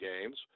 games